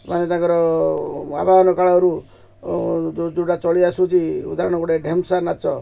ମାନେ ତାଙ୍କର ଆବାହନ କାଳରୁ ଯୋଉ ଯୋଉଟା ଚଳି ଆସୁଛି ଉଦାହରଣ ଗୋଟେ ଢେମ୍ସା ନାଚ